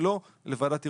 ולא לוועדת ערעורים,